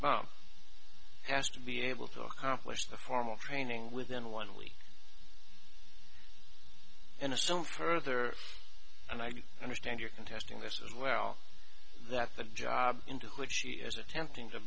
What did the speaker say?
bomb has to be able to accomplish the formal training within one week and assume further and i do understand your contesting this as well that the job into which she is attempting to